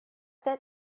that